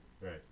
Right